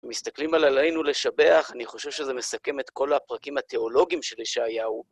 מסתכלים על עלינו לשבח, אני חושב שזה מסכם את כל הפרקים התיאולוגיים שלי שהיה